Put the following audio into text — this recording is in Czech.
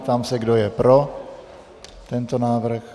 Ptám se, kdo je pro tento návrh.